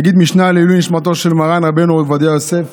נגיד משנה לעילוי נשמתו של מרן רבנו עובדיה יוסף,